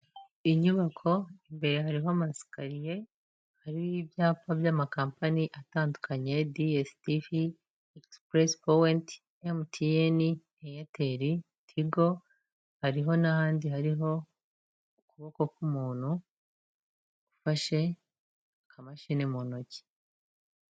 Inyubako imbere hariho amasekariye, hari ibyapa by'amakampani atandukanye, DS TV, Express point, MTN,Eyateri, Tigo, hariho n'ahandi hariho ukuboko k'umuntu ufashe akamashini mu ntoki.